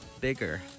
bigger